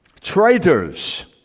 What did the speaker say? Traitors